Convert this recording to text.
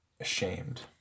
ashamed